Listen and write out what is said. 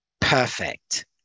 perfect